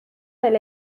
del